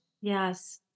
Yes